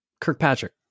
Kirkpatrick